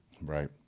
Right